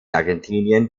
argentinien